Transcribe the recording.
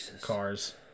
cars